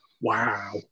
Wow